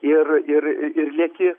ir ir ir lieki